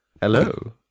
Hello